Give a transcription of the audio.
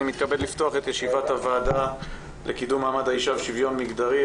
אני מתכבד לפתוח את ישיבת הוועדה לקידום מעמד האישה ושוויון מגדרי.